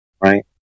right